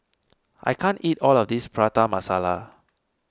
I can't eat all of this Prata Masala